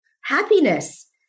Happiness